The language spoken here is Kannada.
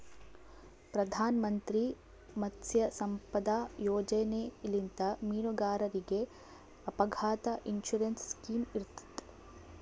ಪ್ರಧಾನ್ ಮಂತ್ರಿ ಮತ್ಸ್ಯ ಸಂಪದಾ ಯೋಜನೆಲಿಂತ್ ಮೀನುಗಾರರಿಗ್ ಅಪಘಾತ್ ಇನ್ಸೂರೆನ್ಸ್ ಸ್ಕಿಮ್ ಇರ್ತದ್